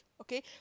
okay